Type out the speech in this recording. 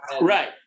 Right